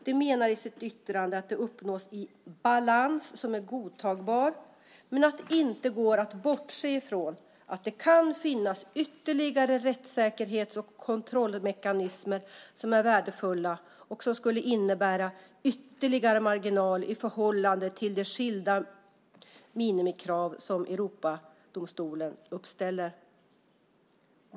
De menar i sitt yttrande att det uppnås en balans som är godtagbar, men att det inte går att bortse från att det kan finnas ytterligare rättssäkerhets och kontrollmekanismer som är värdefulla och som skulle innebära ytterligare marginal i förhållande till de skilda minimikrav som Europadomstolen uppställer.